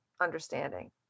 understanding